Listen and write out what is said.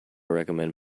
recommend